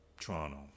Toronto